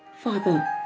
Father